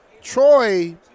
Troy